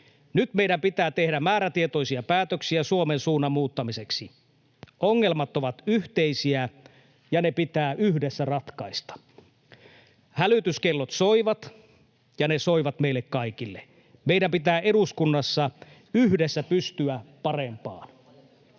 Nyt meidän pitää tehdä määrätietoisia päätöksiä Suomen suunnan muuttamiseksi. Ongelmat ovat yhteisiä, ja ne pitää yhdessä ratkaista. Hälytyskellot soivat, ja ne soivat meille kaikille. Meidän pitää eduskunnassa yhdessä pystyä parempaan.